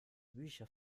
bücher